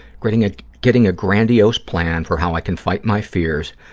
getting ah getting a grandiose plan for how i can fight my fears,